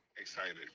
excited